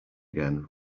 again